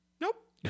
Nope